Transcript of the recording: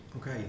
Okay